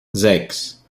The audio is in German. sechs